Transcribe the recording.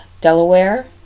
Delaware